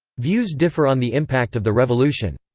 views differ on the impact of the revolution.